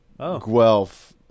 Guelph